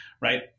right